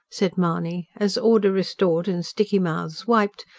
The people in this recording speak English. said mahony as, order restored and sticky mouths wiped,